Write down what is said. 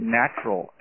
natural